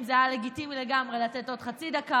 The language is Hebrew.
זה היה לגיטימי לגמרי לתת עוד חצי דקה,